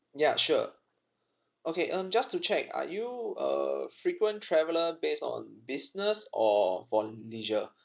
ya sure okay um just to check are you a frequent traveller based on business or for l~ leisure